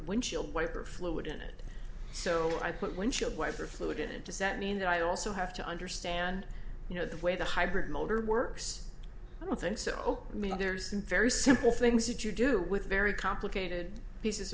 wind chill wiper fluid in it so i put windshield wiper fluid in it does that mean that i also have to understand you know the way the hybrid motor works i don't think so i mean there's a very simple things that you do with very complicated pieces of